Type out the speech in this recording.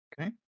Okay